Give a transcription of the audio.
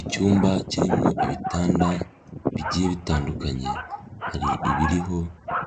Icyumba kirimo ibitanda bigiye bitandukanye hari ibiriho